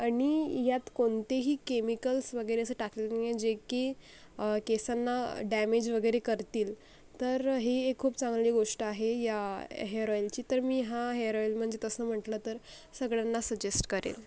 आणि यात कोणतेही केमिकल्स वगैरे असं टाकलेलं नाही आहे जे की केसांना डॅमेज वगैरे करतील तर ही एक खूप चांगली गोष्ट आहे या हेअर ऑईलची तर मी हा हेअर ऑईल म्हणजे तसं म्हटलं तर सगळ्यांना सजेस्ट करेन